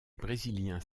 brésiliens